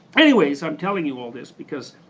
anyways i'm telling you all this because